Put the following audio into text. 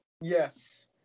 yes